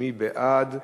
מי בעד?